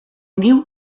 niu